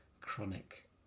chronic